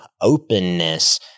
openness